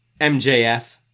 MJF